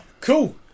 Cool